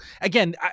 again